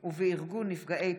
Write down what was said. בית),